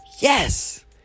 yes